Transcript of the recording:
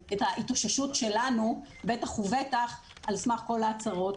ההתאוששות שלנו, בטח ובטח על סמך כל ההצהרות.